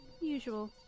Usual